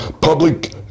Public